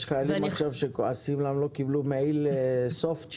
חיילים שכועסים עכשיו שלא קיבלו מעיל סופטשל,